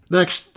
Next